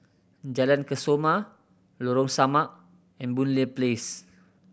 Jalan Kesoma Lorong Samak and Boon Lay Place